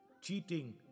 Cheating